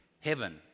heaven